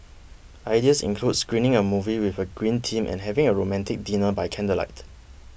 ideas include screening a movie with a green theme and having a romantic dinner by candlelight